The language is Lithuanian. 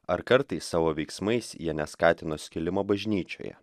ar kartais savo veiksmais jie neskatina skilimo bažnyčioje